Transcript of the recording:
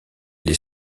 les